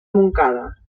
montcada